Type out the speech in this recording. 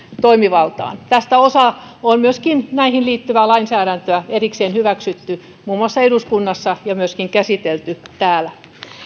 toimivaltaan tästä osa myös näihin liittyvää lainsäädäntöä on erikseen hyväksytty muun muassa eduskunnassa ja myöskin käsitelty täällä